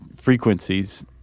frequencies